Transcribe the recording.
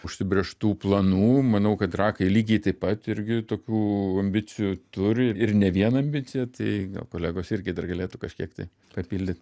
užsibrėžtų planų manau kad trakai lygiai taip pat irgi tokių ambicijų turi ir ne vieną ambiciją tai gal kolegos irgi dar galėtų kažkiek tai papildyt